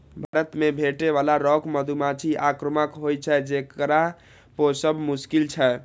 भारत मे भेटै बला रॉक मधुमाछी आक्रामक होइ छै, जेकरा पोसब मोश्किल छै